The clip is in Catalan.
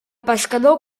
pescador